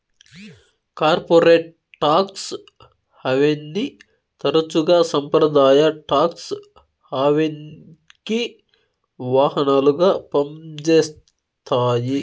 corporate tax హావెన్ని తరచుగా సంప్రదాయ టాక్స్ హావెన్కి వాహనాలుగా పంజేత్తాయి